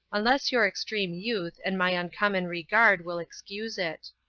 unless your extreme youth and my uncommon regard will excuse it.